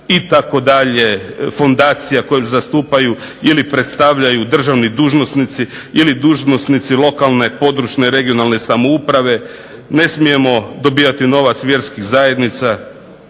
itd., fondacije koje zastupaju ili predstavljaju državni dužnosnici ili dužnosnici lokalne, područne (regionalne) samouprave. Ne smijemo dobivati novac od vjerskih zajednica,